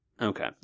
Okay